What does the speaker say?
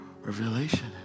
revelation